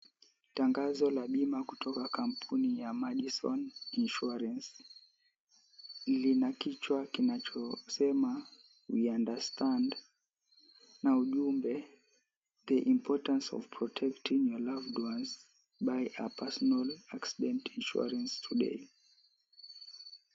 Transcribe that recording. Tangazo la bima kutoka kampuni ya, Madison Insurance lina kichwa kinachosema, We Understand, na ujumbe, The Importance of Protecting your Loved Ones, Buy a Personal Accident Insurance Today.